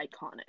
iconic